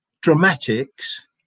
dramatics